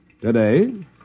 Today